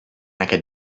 aquest